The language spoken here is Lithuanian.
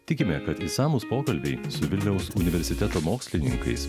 tikime kad išsamūs pokalbiai su vilniaus universiteto mokslininkais